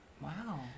Wow